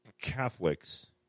Catholics